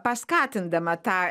paskatindama tą